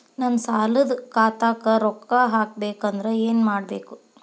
ನನ್ನ ಸಾಲದ ಖಾತಾಕ್ ರೊಕ್ಕ ಹಾಕ್ಬೇಕಂದ್ರೆ ಏನ್ ಮಾಡಬೇಕು?